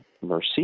mercy